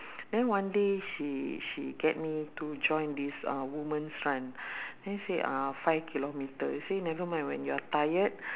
then one day she she get me to join this uh women's run then say five kilometre she said nevermind when you're tired